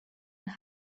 and